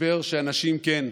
משבר שבו אנשים, כן,